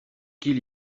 qu’il